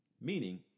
meaning